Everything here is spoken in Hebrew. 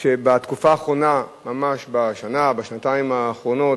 שבתקופה האחרונה, ממש בשנה, בשנתיים האחרונות,